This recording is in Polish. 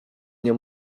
nie